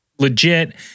Legit